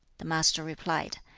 the master replied,